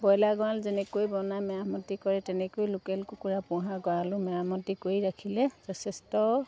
broiler গঁৰাল যেনেকৈ বনাই মেৰামতি কৰে তেনেকৈ লোকেল কুকুৰা পোহা গঁৰালো মেৰামতি কৰি ৰাখিলে যথেষ্ট